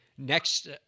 Next